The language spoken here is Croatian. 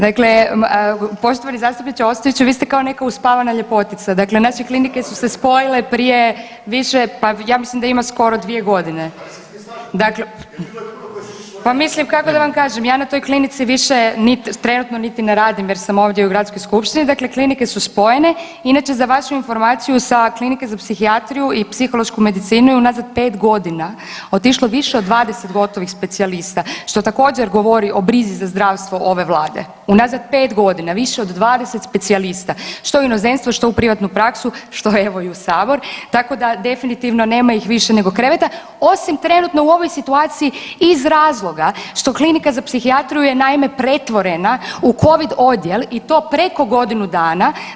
Dakle, poštovani zastupniče Ostojiću vi ste kao neka uspavana ljepotica, dakle naše klinike su se spojile prije više ja mislim da ima skoro dvije godine. … [[Upadica se ne razumije.]] Pa mislim kako da vam kažem ja na toj klinici više trenutno niti ne radim jer sam ovdje u Gradskoj skupštini, dakle klinike su spojene, inače za vašu informaciju sa Klinike za psihijatriju i psihološku medicinu je unazad pet godina otišlo više od 20 gotovih specijalista što također govori o brizi za zdravstvo ove vlade, unazad pet godina više od 20 specijalista što u inozemstvo, što u privatnu praksu, što evo i u sabor tako da definitivno nema ih više nego kreveta, osim trenutno u ovoj situaciji iz razloga što Klinika za psihijatriju je naime pretvorena u covid odjel i to preko godinu dana.